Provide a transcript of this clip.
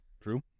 true